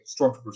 Stormtroopers